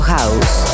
House